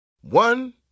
One